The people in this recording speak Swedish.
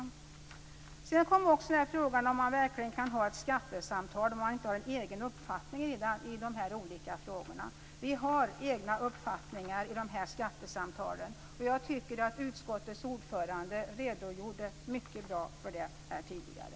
Frågan kom också upp om man verkligen kan ha ett skattesamtal om man inte har en egen uppfattning i de olika frågorna. Vi har egna uppfattningar i skattesamtalen. Jag tycker att utskottets ordförande redogjorde mycket bra för dem tidigare.